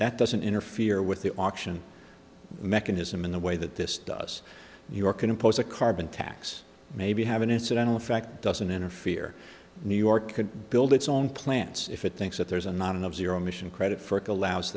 that doesn't interfere with the auction mechanism in the way that this does your can impose a carbon tax maybe have an incidental effect doesn't interfere new york could build its own plants if it thinks that there's a not enough zero emission credit for it allows